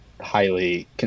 highly